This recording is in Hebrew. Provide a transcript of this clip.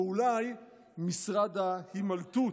או אולי משרד ההימלטות,